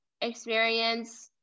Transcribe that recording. experience